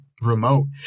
Remote